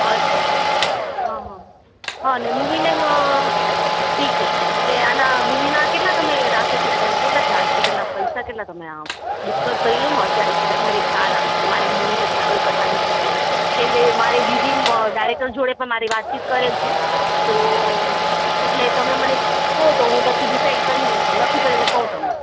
અચ્છા હં હં હા ને મૂવીને અ ઠીક છે ને આના મૂવીના કેટલા તમે રાખો છો એટલે એમ કેટલા ચાર્જ છે પહેલાં પૈસા કેટલા તમે ડિસ્ક્સસ કરી લઉં ને અત્યારે જ તો પછી મને ખ્યાલ આવે કે મારે મૂવી પછી આગળ કરવાની કે નહીં કેમ કે મારે બીજી ડાયરેક્ટર જોડે પણ મારી વાતચીત કરેલ છે તો એટલે તમે મને કહો તો હું પછી ડિસાઈડ કરીને નક્કી કરીને કહું તમને